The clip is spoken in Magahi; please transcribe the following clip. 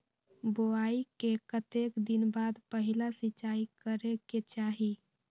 बोआई के कतेक दिन बाद पहिला सिंचाई करे के चाही?